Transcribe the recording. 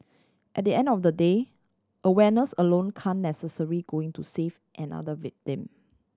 at the end of the day awareness alone can necessary going to save another victim